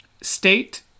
state